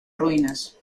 ruinas